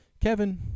Kevin